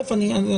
ראשית, אני יודע.